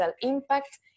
impact